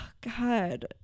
God